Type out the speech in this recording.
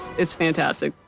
it's fantastic.